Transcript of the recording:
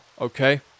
okay